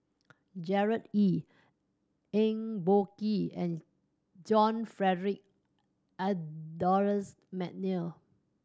Gerard Ee Eng Boh Kee and John Frederick Adolphus McNair